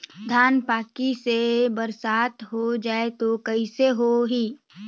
धान पक्की से बरसात हो जाय तो कइसे हो ही?